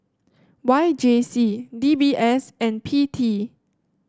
Y J C D B S and P T